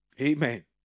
Amen